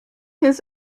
his